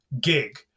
gig